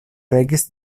regis